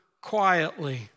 quietly